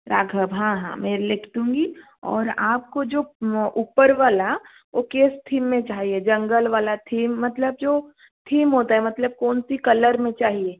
राघव हाँ हाँ में लिख दूँगी और आपको जो ऊपर वला वो कैसे थीम में चाहिए जंगल वला थीम मतलब जो थीम होता है मतलब कौन से कलर में चाहिए